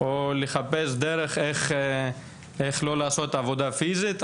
או לחפש דרך איך לא לעשות עבודה פיזית.